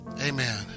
Amen